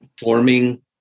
forming